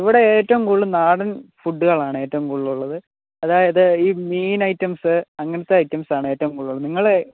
ഇവിടെ ഏറ്റവും കൂടുതൽ നാടൻ ഫുഡുകളാണ് ഏറ്റവും കൂടുതലുള്ളത് അതായത് ഈ മീൻ ഐറ്റംസ് അങ്ങനത്തെ ഐറ്റംസാണ് ഏറ്റവും കൂടലുള്ളത് നിങ്ങളെ